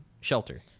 shelter